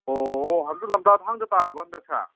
ꯑꯣ ꯑꯣ ꯍꯟꯗꯛ ꯂꯝꯇꯥꯏ ꯊꯥꯡꯖ ꯇꯥꯔꯕꯣ ꯍꯟꯇꯛꯁꯦ